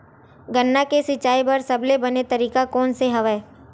गन्ना के सिंचाई बर सबले बने तरीका कोन से हवय?